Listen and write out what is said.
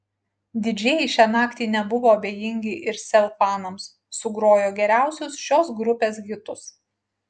didžėjai šią naktį nebuvo abejingi ir sel fanams sugrojo geriausius šios grupės hitus